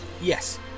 yes